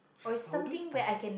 I will do stuff ah